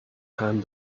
hand